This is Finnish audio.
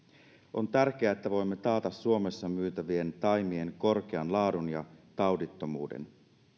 on tärkeää että voimme taata suomessa myytävien taimien korkean laadun ja taudittomuuden